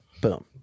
Boom